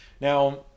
Now